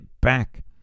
back